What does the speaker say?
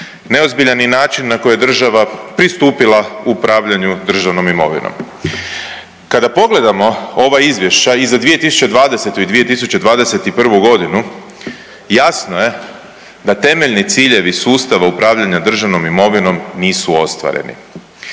neozbiljan i način na koji je država pristupila upravljanju državnom imovinom. Kada pogledamo ova izvješća i za 2020. i 2021. godinu jasno je da temeljni ciljevi sustava upravljanja državnom imovinom nisu ostvareni.